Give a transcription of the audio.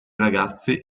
ragazzi